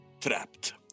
trapped